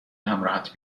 همراهت